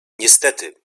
niestety